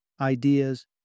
ideas